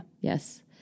Yes